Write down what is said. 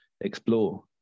explore